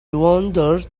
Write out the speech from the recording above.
wandered